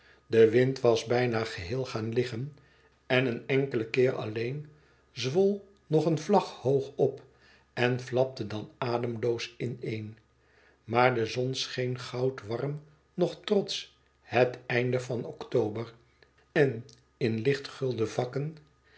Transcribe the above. de wind was bijna geheel gaan liggen en een enkelen keer alleen zwol nog een vlag hoog op en flapte dan ademloos in een maar de zon scheen goudwarm nog trots het einde van oktober en in lichtgulden vakken